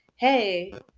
hey